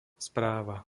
správa